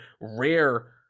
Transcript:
rare